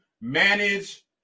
manage